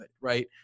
right